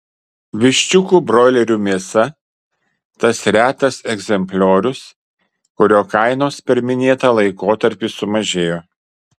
viščiukų broilerių mėsa tas retas egzempliorius kurio kainos per minėtą laikotarpį sumažėjo